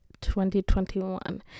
2021